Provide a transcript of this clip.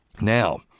Now